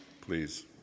please